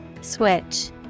Switch